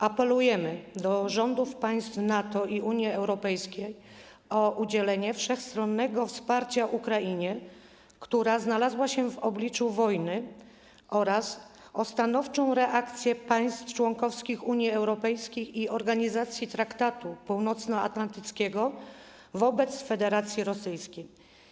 Apelujemy do rządów państw NATO i Unii Europejskiej o udzielenie wszechstronnego wsparcia Ukrainie, która znalazła się w obliczu wojny, oraz o stanowczą reakcję państw członkowskich Unii Europejskiej i organizacji Traktatu Północnoatlantyckiego, wobec agresji Federacji Rosyjskiej.